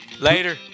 Later